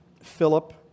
Philip